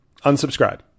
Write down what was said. Unsubscribe